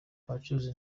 abacuruzi